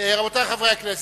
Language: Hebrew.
רבותי חברי הכנסת,